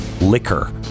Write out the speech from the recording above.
liquor